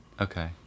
Okay